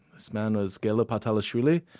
this man was gela patalishvili,